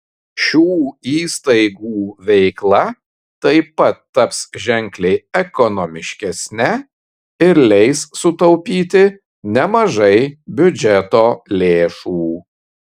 šių įstaigų veikla taip pat taps ženkliai ekonomiškesne ir leis sutaupyti nemažai biudžeto lėšų